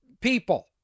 people